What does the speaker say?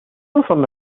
رسم